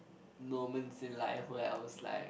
moments in life where else like